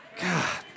God